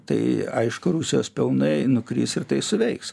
tai aišku rusijos pelnai nukris ir tai suveiks